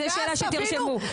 זו שאלה שתרשמו.